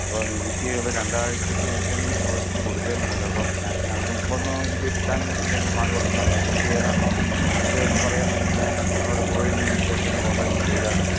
അപ്പോൾ എനിക്ക് ഇപ്പോൾ രണ്ടാഴ്ചക്ക് മുമ്പ് എനിക്ക് പ്രോജെക്റ്റ് കൊടുക്കുകയും വേണമല്ലോ അപ്പം ഞാൻ ഇനി അതിന് മുമ്പ് ഒന്ന് എനിക്ക് കിട്ടാന് എന്തെങ്കിലും മാർഗ്ഗം ഉണ്ടോ സാറെ ആ കുട്ടി ഏതാണെന്ന് അല്ലെങ്കിൽ ഒന്ന് പറയുകയാണ് എന്നുണ്ടെങ്കിൽ ഞാൻ അവിടെ പോയി ഒന്ന് അദ്ദേഹത്തെ ഒന്ന് കോണ്ഡാക്റ്റ് ചെയ്താലോ ആ